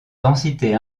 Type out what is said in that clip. densités